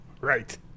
right